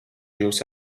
jūs